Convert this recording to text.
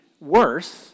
worse